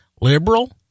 liberal